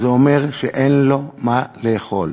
זה אומר שאין לו מה לאכול.